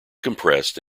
compressed